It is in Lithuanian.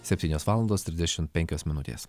septynios valandos trisdešimt penkios minutės